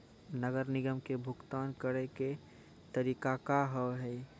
नगर निगम के भुगतान करे के तरीका का हाव हाई?